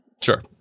Sure